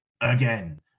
again